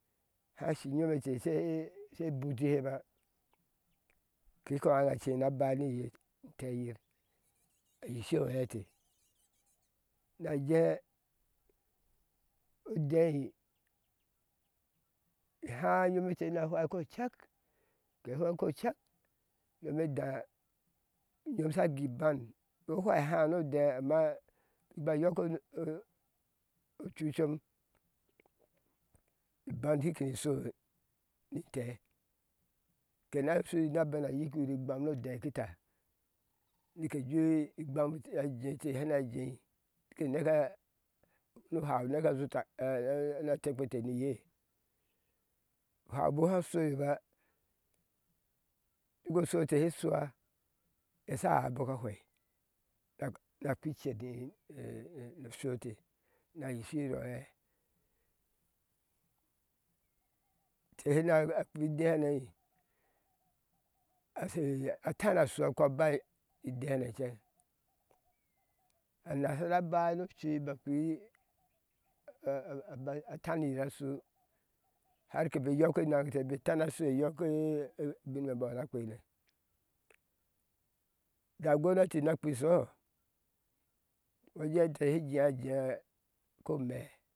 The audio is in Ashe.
Hashi inyomete she e e she buti heb b kekɔ a aŋŋace na bai niye inteyir a yishi oɛɛte na jee odei háá nyomete na fwai kko cak ke fweŋ ko cak nome edaa unyom sha gui ban ŋo fwai hà nodee amma ba yɔku o ocucɔm iban shi kpenisho ni inte kena shui ni bana yikiyir igbam no dee kita nike jii igbam ajee te kina jei nike neka nu hau neke shu tak e e na tɛkpete ni yee haubuk haa shoyeba duk oshu ete she shua ye sha ai abɔka fwei na nakpi cer ɛɛe no shu. etc na yishi oɛɛ te hena kpi idee hne ashe atanashu a kkøaa ɛ idehaneceŋ anasara ba nocui ba kpi a a ba taniyir ashu har kebe yɔke enaŋ kebe tana shu yɔke e bin mebɔna kpei ne dá ugounati na kpi shoho ŋo jee inte she jeajea ko méé